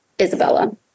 Isabella